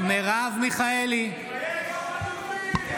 איפה החטופים,